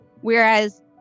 Whereas